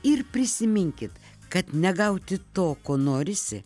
ir prisiminkit kad negauti to ko norisi